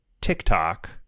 TikTok